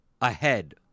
ahead